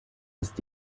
ist